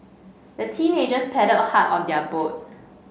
the teenagers paddled hard on their boat